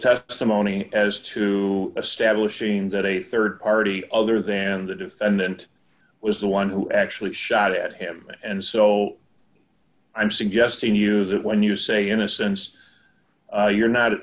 testimony as to establishing that a rd party other than the defendant was the one who actually shot at him and so i'm suggesting use it when you say innocence you're not